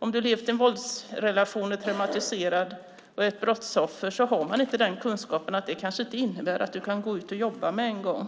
Om du har levt i en våldsrelation, är traumatiserad och är ett brottsoffer har de kanske inte den kunskapen att du inte kan gå ut och jobba på en gång.